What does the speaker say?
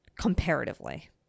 comparatively